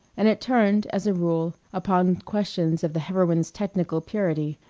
and it turned, as a rule, upon questions of the heroine's technical purity,